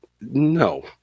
No